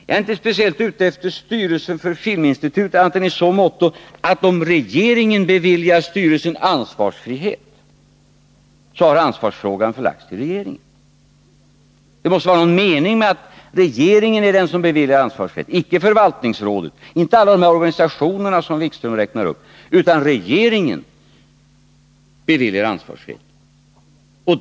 Jag är inte speciellt ute efter styrelsen för Filminstitutet, annat än i så måtto, att om regeringen beviljar styrelsen ansvarsfrihet, har ansvarsfrågan förlagts till regeringen. Det måste vara någon mening med att regeringen är den som beviljar ansvarsfrihet — icke förvaltningsrådet, icke alla de organisationer som Jan-Erik Wikström räknar upp, utan regeringen beviljar ansvarsfrihet.